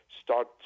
start